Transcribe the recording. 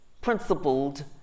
principled